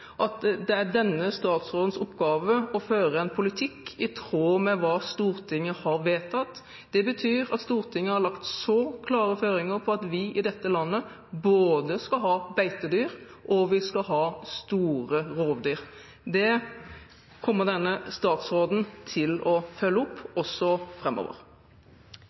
at det er denne statsrådens oppgave å føre en politikk i tråd med hva Stortinget har vedtatt. Det betyr at Stortinget har lagt så klare føringer på at vi i dette landet både skal ha beitedyr og vi skal ha store rovdyr. Det kommer denne statsråden til å følge opp også